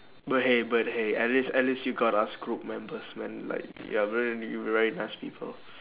but hey but hey at least at least you got us group members man like ya very y~ very nice people